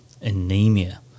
anemia